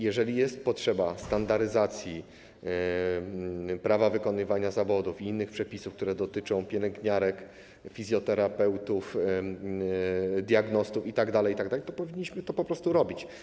Jeżeli jest potrzeba standaryzacji prawa wykonywania zawodów i innych przepisów, które dotyczą pielęgniarek, fizjoterapeutów, diagnostów itd., itd., to powinniśmy to po prostu robić.